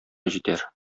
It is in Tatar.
җитәр